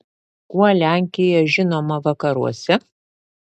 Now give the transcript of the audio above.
kuo lenkija žinoma vakaruose